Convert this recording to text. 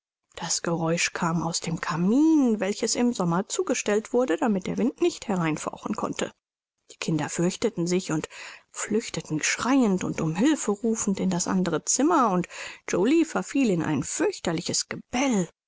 das geräusch kam aus dem kamin welches im sommer zugestellt wurde damit der wind nicht herein fauchen konnte die kinder fürchteten sich und flüchteten schreiend und um hülfe rufend in das andere zimmer und joly verfiel in ein fürchterliches gebell